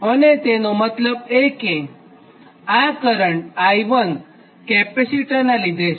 અને તેનો મતલબ કે આ કરંટ I1 કેપેસિટરનાં લીધે છે